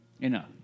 Enough